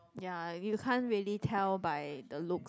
ya you can't really tell by the looks